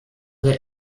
der